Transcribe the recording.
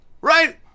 right